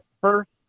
first